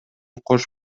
кош